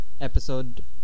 episode